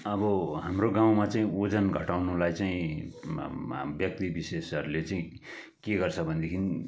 अब हाम्रो गाउँमा चाहिँ ओजन घटाउनुलाई चाहिँ व्यक्ति विशेषहरूले चाहिँ के गर्छ भनेदेखि